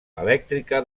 elèctrica